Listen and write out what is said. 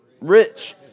rich